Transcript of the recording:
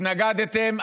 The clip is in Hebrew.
התנגדתם.